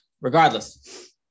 Regardless